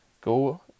go